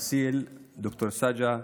אסיל, ד"ר סאג'ה,